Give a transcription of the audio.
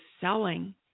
selling